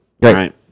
Right